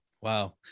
Wow